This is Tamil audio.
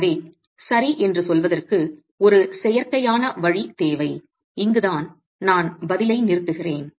எனவே சரி என்று சொல்வதற்கு ஒரு செயற்கையான வழி தேவை இங்குதான் நான் பதிலை நிறுத்துகிறேன்